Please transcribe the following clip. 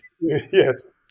Yes